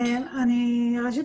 ראשית,